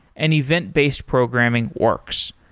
an event-based programming works.